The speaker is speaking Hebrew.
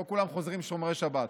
לא כולם חוזרים שומרי שבת.